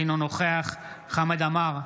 אינו נוכח חמד עמאר,